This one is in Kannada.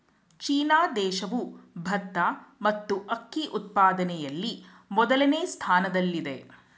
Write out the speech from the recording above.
ಚೀನಾ ದೇಶವು ಭತ್ತ ಮತ್ತು ಅಕ್ಕಿ ಉತ್ಪಾದನೆಯಲ್ಲಿ ಮೊದಲನೇ ಸ್ಥಾನದಲ್ಲಿದೆ